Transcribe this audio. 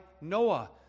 Noah